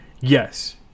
Yes